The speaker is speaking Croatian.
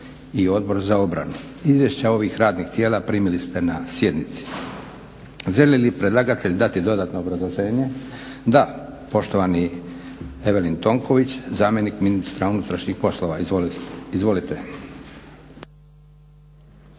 i Odbor za obranu. Izvješća ovih radnih tijela primili ste na sjednici. Želi li predlagatelj dati dodatno obrazloženje? Da. Poštovani Evelin Tonković, zamjenik ministra unutrašnjih poslova. Izvolite.